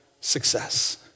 success